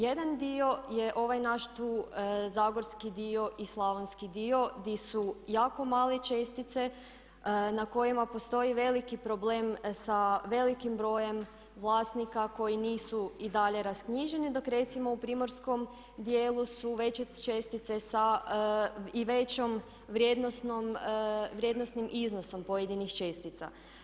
Jedan dio je ovaj naš tu zagorski dio i Slavonski dio di su jako male čestice na kojima postoji veliki problem sa velikim brojem vlasnika koji nisu i dalje rasknjiženi dok recimo u Primorskom djelu su veće čestice i većom vrijednosnim iznosom pojedinih čestica.